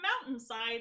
mountainside